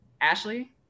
Ashley